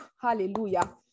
hallelujah